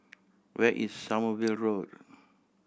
where is Sommerville Road